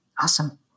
Awesome